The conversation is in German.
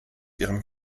ihrem